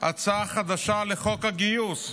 הצעה חדשה לחוק הגיוס.